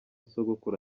sogokuru